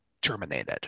terminated